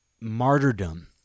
martyrdom